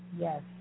Yes